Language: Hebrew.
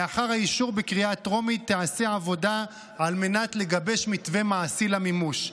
לאחר האישור בקריאה טרומית תיעשה עבודה על מנת לגבש מתווה מעשי למימוש.